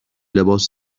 لباس